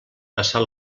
passar